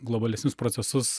globalesnius procesus